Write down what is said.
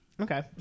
Okay